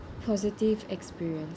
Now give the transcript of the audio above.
positive experience